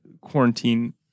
quarantine